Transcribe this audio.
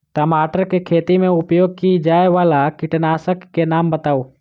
टमाटर केँ खेती मे उपयोग की जायवला कीटनासक कऽ नाम बताऊ?